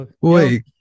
Wait